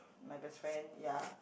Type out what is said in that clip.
my best friend ya